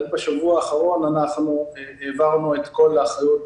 רק בשבוע האחרון אנחנו העברנו את כל האחריות